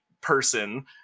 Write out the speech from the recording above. person